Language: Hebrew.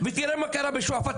תראה מה קרה בשועפט.